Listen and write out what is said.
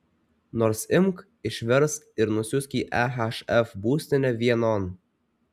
nors imk išversk ir nusiųsk į ehf būstinę vienon